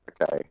Okay